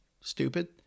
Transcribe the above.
stupid